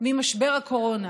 ממשבר הקורונה,